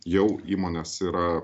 jau įmonės yra